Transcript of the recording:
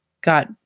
got